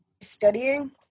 studying